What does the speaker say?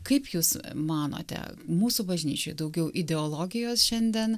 kaip jūs manote mūsų bažnyčioj daugiau ideologijos šiandien